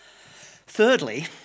Thirdly